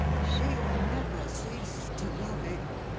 she'll never cease to love it.